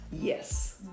yes